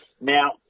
Now